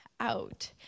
out